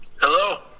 Hello